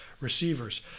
Receivers